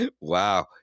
wow